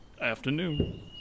Afternoon